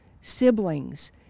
siblings